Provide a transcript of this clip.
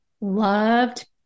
loved